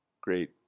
great